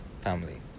family